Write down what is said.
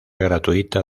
gratuita